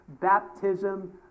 baptism